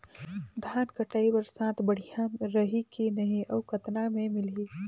धान कटाई बर साथ बढ़िया रही की नहीं अउ कतना मे मिलही?